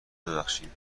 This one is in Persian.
ببخشیم